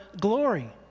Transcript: glory